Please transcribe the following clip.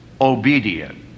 obedient